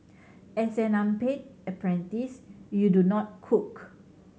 as an unpaid apprentice you do not cook